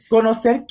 Conocer